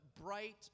bright